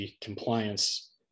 compliance